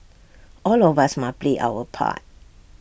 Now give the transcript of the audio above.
all of us must play our part